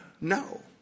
no